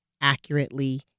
accurately